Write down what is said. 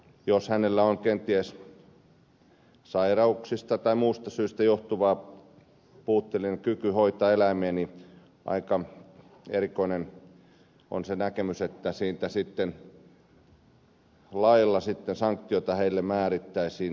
jos hänellä on kenties sairauksista tai muusta syystä johtuva puutteellinen kyky hoitaa eläimiä niin aika erikoinen on se näkemys että siitä sitten lailla sanktioita hänelle määrättäisiin